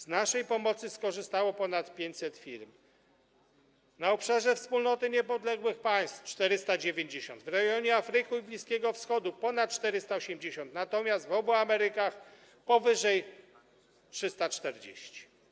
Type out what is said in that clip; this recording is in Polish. Z naszej pomocy skorzystało ponad 500 firm, na obszarze Wspólnoty Niepodległych Państw - 490, w rejonie Afryki i Bliskiego Wschodu - ponad 480, natomiast w obu Amerykach - powyżej 340.